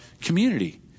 community